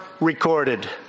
recorded